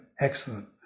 Excellent